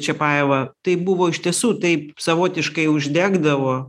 čiapajevą tai buvo iš tiesų taip savotiškai uždegdavo